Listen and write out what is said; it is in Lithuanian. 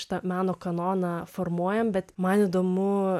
šitą meno kanoną formuojam bet man įdomu